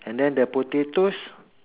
and then the potatoes